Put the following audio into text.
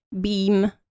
beam